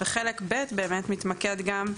וחלק ב' באמת מתמקד גם,